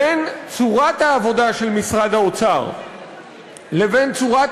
בין צורת העבודה של משרד האוצר לבין צורת